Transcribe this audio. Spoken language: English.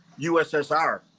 USSR